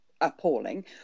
appalling